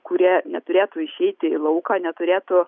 kurie neturėtų išeiti į lauką neturėtų